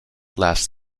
laughs